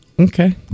okay